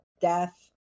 death